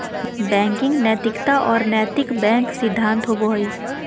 banking नैतिकता और नैतिक बैंक सिद्धांत होबो हइ